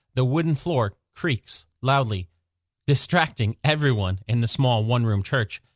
the wooden floor creaks loudly distracting everyone in the small, one-room church.